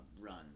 run